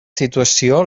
situació